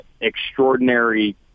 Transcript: extraordinary